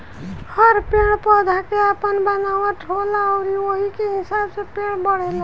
हर पेड़ पौधा के आपन बनावट होला अउरी ओही के हिसाब से पेड़ बढ़ेला